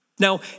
Now